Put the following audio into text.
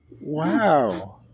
Wow